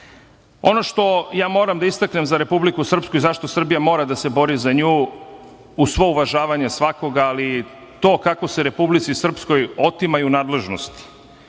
što ja moram da istaknem za Republiku Srpsku i zašto Srbija mora da se bori za nju, uz svo uvažavanje svakoga, ali to kako se Republici Srpskoj otimaju nadležnosti,